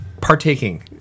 partaking